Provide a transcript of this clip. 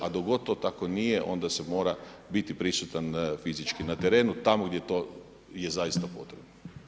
A dok god to tako nije, onda se mora biti prisutan fizički na terenu tamo gdje to zaista je potrebno.